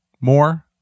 more